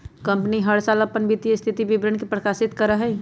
company हर साल अपन वित्तीय स्थिति विवरण के प्रकाशित करा हई